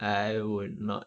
I would not